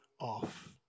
off